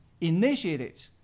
initiated